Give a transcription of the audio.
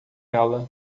ela